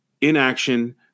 inaction